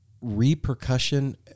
repercussion